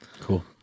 Cool